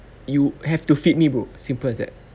you have to feed me bro simple as that